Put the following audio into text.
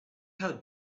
how